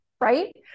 right